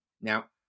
Now